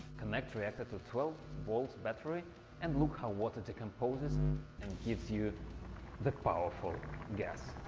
connect reactor to twelve volts battery and look how water decomposes and gives you the powerful gas.